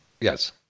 Yes